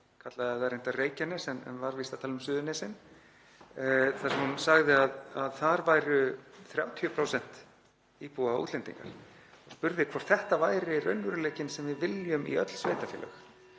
kallaði það reyndar Reykjanes en var víst að tala um Suðurnesin, sagði að þar væru 30% íbúa útlendingar og spurði hvort það væri raunveruleiki sem við vildum í öll sveitarfélög.